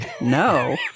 No